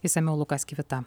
išsamiau lukas kvita